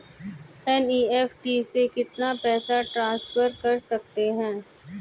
NEFT से कितना पैसा ट्रांसफर कर सकते हैं?